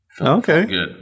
Okay